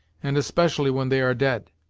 and especially when they are dead!